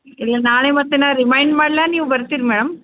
ಇಲ್ಲ ನಾಳೆ ಮತ್ತು ನಾನು ರಿಮೈಂಡ್ ಮಾಡ್ಲಾ ನೀವು ಬರ್ತೀರ ಮೇಡಮ್